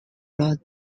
wrote